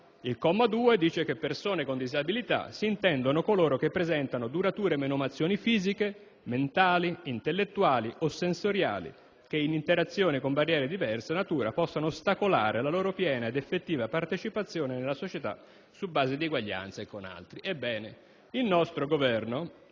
afferma che: «Per persone con disabilità si intendono coloro che presentano durature menomazioni fisiche, mentali, intellettuali o sensoriali che in interazione con barriere di diversa natura possano ostacolare la loro piena ed effettiva partecipazione nella società su base di uguaglianza con gli altri». Ebbene, il nostro Governo